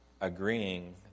agreeing